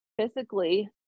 physically